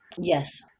Yes